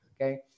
okay